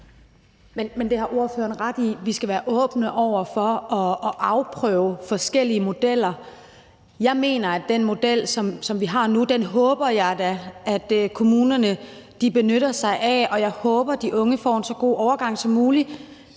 (M): Det har ordføreren ret i – vi skal være åbne over for at afprøve forskellige modeller. Jeg håber da, at kommunerne benytter sig af den model, som vi har nu, og jeg håber, de unge får en så god overgang som muligt.